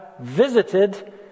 visited